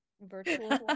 Virtual